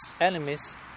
enemies